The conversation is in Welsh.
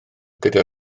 gyda